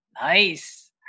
Nice